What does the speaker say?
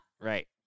Right